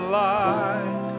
light